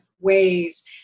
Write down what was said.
ways